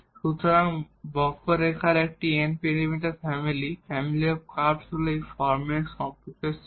সুতরাং কার্ভর একটি n প্যারামিটার ফ্যামিলি হল এই ফর্মের সম্পর্কের সেট